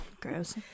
Gross